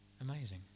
Amazing